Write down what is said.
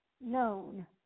known